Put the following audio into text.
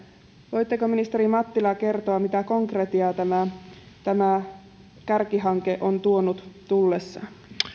voitteko ministeri mattila kertoa mitä konkretiaa tämä tämä kärkihanke on tuonut tullessaan